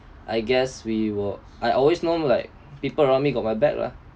I guess we were I always known like people around me got my back lah